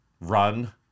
Run